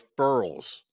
referrals